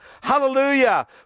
hallelujah